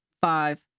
five